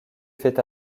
fait